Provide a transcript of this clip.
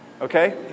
okay